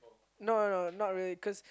no no no not really cause